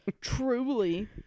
Truly